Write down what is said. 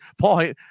Paul